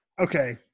okay